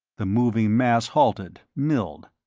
the moving mass halted, milled.